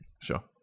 Sure